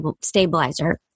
stabilizer